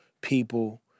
people